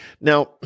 Now